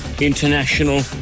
International